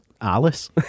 Alice